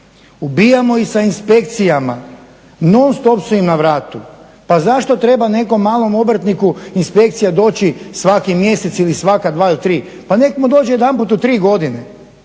ubijamo ih sa inspekcijama, non stop su im na vratu. Pa zašto treba nekom malom obrtniku inspekcija doći svaki mjeseci ili sva 2 ili 3? Pa neka mu dođe jedanput u tri godine,